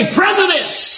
presidents